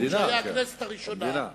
שהיה הכנסת הראשונה,